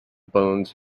bones